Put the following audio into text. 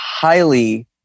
highly